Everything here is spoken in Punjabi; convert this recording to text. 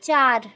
ਚਾਰ